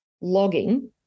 logging